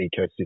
ecosystem